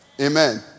Amen